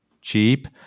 cheap